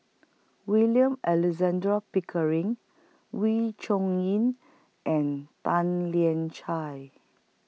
William Alexander Pickering Wee Chong Yin and Tan Lian Chye